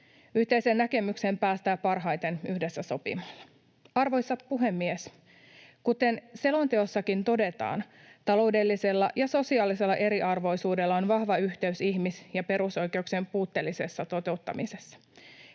Yhteiseen näkemykseen päästään parhaiten yhdessä sopimalla. Arvoisa puhemies! Kuten selonteossakin todetaan, taloudellisella ja sosiaalisella eriarvoisuudella on vahva yhteys ihmis- ja perusoikeuksien puutteelliseen toteuttamiseen.